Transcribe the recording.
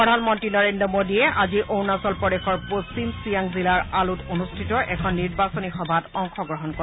প্ৰধানমন্ত্ৰী নৰেন্দ্ৰ মোদীয়ে আজি অৰুণাচল প্ৰদেশৰ পশ্চিম চিয়াং জিলাৰ আলোত অনুষ্ঠিত এখন নিৰ্বাচনী সভাত অংশগ্ৰহণ কৰে